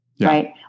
Right